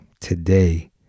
today